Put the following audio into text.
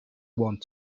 want